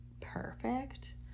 perfect